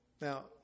Now